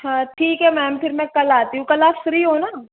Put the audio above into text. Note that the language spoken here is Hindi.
हाँ ठीक है मैम फिर मैं कल आती हूँ कल आप फ्री हो ना